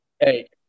Hey